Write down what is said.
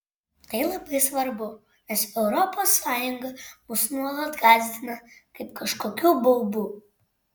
tai labai svarbu nes europos sąjunga mus nuolat gąsdina kaip kažkokiu baubu